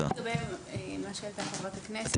מה שהעלתה חברת הכנסת,